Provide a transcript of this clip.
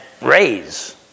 raise